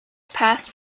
past